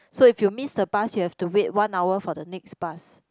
so if you miss the bus you have to wait one hour for the next bus